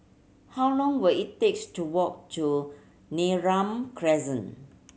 how long will it takes to walk to Neram Crescent